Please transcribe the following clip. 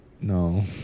no